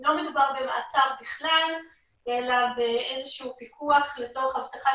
לא מדובר במעצר בכלל אלא באיזשהו פיקוח לצורך הבטחת